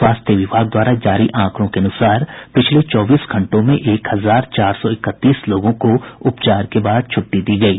स्वास्थ्य विभाग द्वारा जारी आंकड़ों के अनुसार पिछले चौबीस घंटों में एक हजार चार सौ इकतीस लोगों को उपचार के बाद छुट्टी दी गयी